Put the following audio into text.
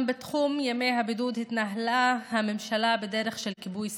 גם בתחום ימי הבידוד התנהלה הממשלה בדרך של כיבוי שרפות,